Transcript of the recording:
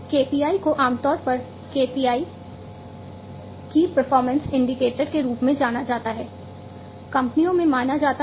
तो KPI को आमतौर पर KPI की परफॉर्मेंस इंडिकेटर हैं जिन्हें कंपनी में माना जाता है